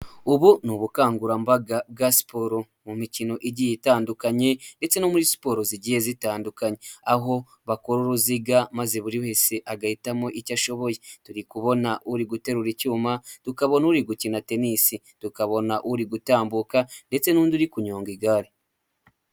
Ubu ni ubukangurambaga bwa siporo mu mikino igiye itandukanye ndetse no muri siporo zigiye zitandukanye; aho bakora uruziga maze buri wese agahitamo icyo ashoboye turi kubona uri guterura icyuma , uri gukina tenisi, uri gutambuka ndetse n'undi uri kunyonga igare.